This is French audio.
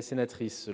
sénatrice,